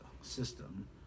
system